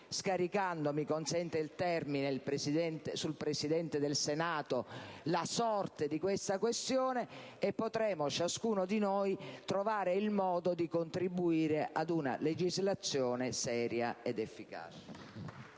scaricando - mi si consenta il termine - sul Presidente del Senato la sorte di questa questione e ciascuno di noi potrà così trovare il modo di contribuire ad una legislazione seria ed efficace.